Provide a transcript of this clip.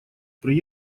при